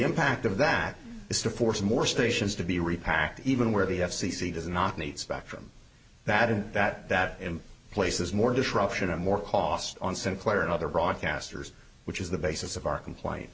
impact of that is to force more stations to be repacked even where the f c c does not need spectrum that and that that in places more disruption and more cost on sinclair and other broadcasters which is the basis of our complaint